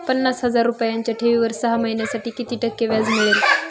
पन्नास हजार रुपयांच्या ठेवीवर सहा महिन्यांसाठी किती टक्के व्याज मिळेल?